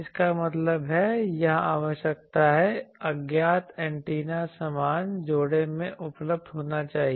इसका मतलब है यहाँ आवश्यकता है अज्ञात एंटीना समान जोड़े में उपलब्ध होना चाहिए